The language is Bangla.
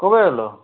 কবে এলো